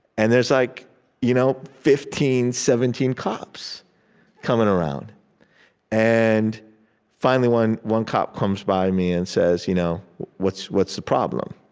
and there's like you know fifteen, seventeen cops coming around and finally, one one cop comes by me and says, you know what's what's the problem?